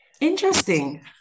Interesting